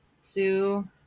Sue